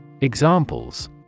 Examples